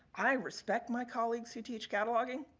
i respect my colleagues who teach cataloging.